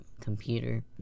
computer